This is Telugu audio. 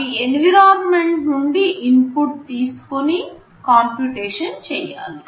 అవి ఎన్విరాన్మెంట్ నుండి ఇన్పుట్ తీసుకొని కంప్యుటేషన్ చేయాలి